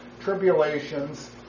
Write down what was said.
tribulations